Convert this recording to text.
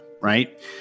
right